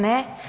Ne.